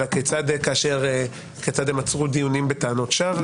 אלא כיצד הם עצרו דיונים בטענות שווא,